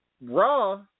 Raw